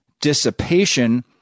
dissipation—